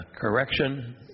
correction